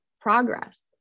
progress